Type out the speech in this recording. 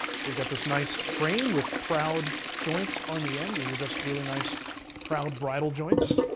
so you've got this nice frame with proud joints on the end. these are just really nice proud bridal joints.